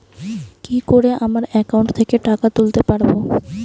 কি করে আমার একাউন্ট থেকে টাকা তুলতে পারব?